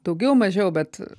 daugiau mažiau bet